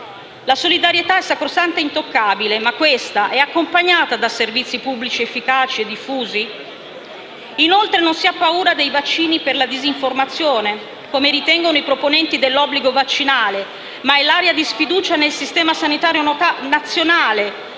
La solidarietà è sacrosanta è intoccabile, ma questa è accompagnata da servizi pubblici efficaci e diffusi? Inoltre non si ha paura dei vaccini per la disinformazione, come ritengono i proponenti dell'obbligo vaccinale, ma è l'aria di sfiducia nel Sistema sanitario nazionale